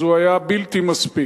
אז הוא היה בלתי מספיק.